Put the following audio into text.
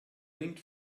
linked